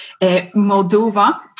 Moldova